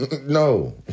No